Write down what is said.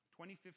2015